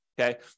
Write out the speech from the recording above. Okay